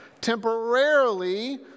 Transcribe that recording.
temporarily